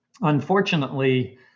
Unfortunately